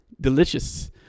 delicious